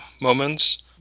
moments